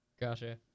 Gotcha